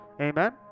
Amen